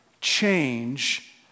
change